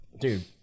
Dude